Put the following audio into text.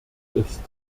ist